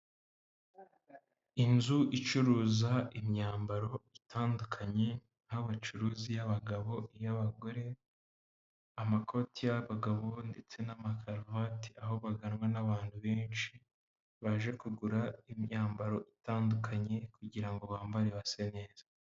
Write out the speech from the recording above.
Inzu icuruza imyambaro itandukanye, nk'aho bacuruza iy'abagabo, iy'abagore, amakoti y'abagabo ndetse n'amakaruvati, aho baganwa n'abantu benshi baje kugura imyambaro itandukanye kugira ngo bambare base neza.